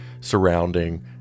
surrounding